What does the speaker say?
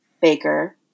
Baker